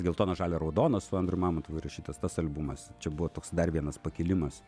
geltona žalia raudona su andrium mamontovu įrašytas tas albumas čia buvo toks dar vienas pakilimas